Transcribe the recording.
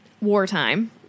wartime